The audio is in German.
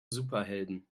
superhelden